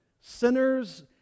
sinners